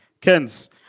Kens